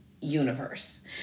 universe